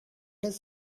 does